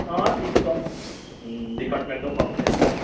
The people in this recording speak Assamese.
অঁ চিট কম ডিপাৰ্টমেণ্টো কম তেনেকুৱা